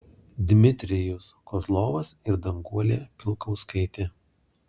dmitrijus kozlovas ir danguolė pilkauskaitė